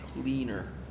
cleaner